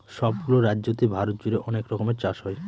সব গুলো রাজ্যতে ভারত জুড়ে অনেক রকমের চাষ হয়